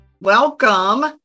Welcome